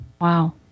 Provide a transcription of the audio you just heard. Wow